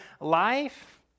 life